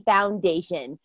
Foundation